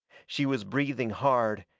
she was breathing hard,